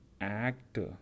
actor